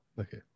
okay